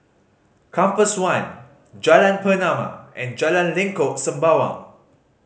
Compass One Jalan Pernama and Jalan Lengkok Sembawang